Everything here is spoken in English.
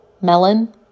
melon